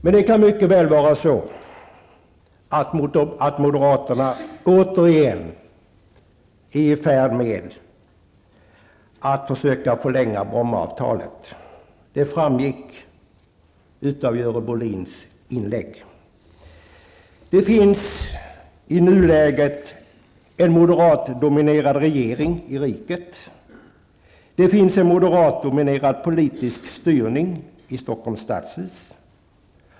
Men det kan mycket väl vara så att moderaterna -- återigen -- är i färd med att försöka förlänga Brommaavtalet. Det framgick av Görel Bohlins inlägg. Det finns i nuläget en moderatdominerad regering i riket. Det finns en moderatdominerad politisk styrning i Stockholms stadshus.